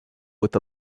with